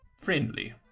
friendly